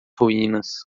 ruínas